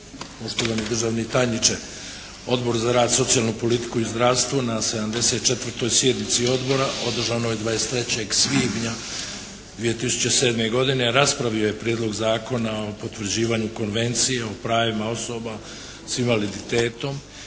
poštovani državni tajniče. Odbor za rad, socijalnu politiku i zdravstvo na 74. sjednici odbora održanoj 23. svibnja 2007. godine raspravio je Prijedlog zakona o potvrđivanju Konvencije o pravima osoba s invaliditetom